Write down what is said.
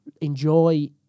enjoy